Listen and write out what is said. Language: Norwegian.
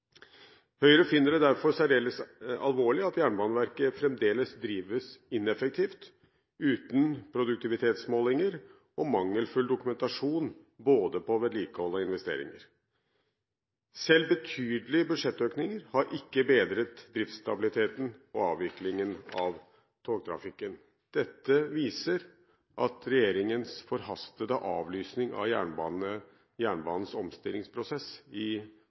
Høyre finner det derfor særdeles alvorlig at Jernbaneverket fremdeles drives ineffektivt, uten produktivitetsmålinger og med mangelfull dokumentasjon på både vedlikehold og investeringer. Selv ikke betydelige budsjettøkninger har bedret driftsstabiliteten og avviklingen av togtrafikken. Dette viser at regjeringens forhastede avlysning av jernbanens omstillingsprosess i